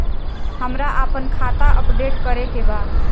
हमरा आपन खाता अपडेट करे के बा